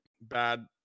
bad